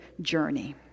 journey